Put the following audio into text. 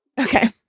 Okay